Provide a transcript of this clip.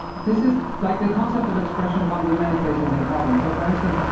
this is like the concept of expression comes in many places in kotlin. so for instance,